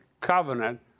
covenant